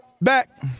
back